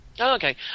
okay